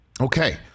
Okay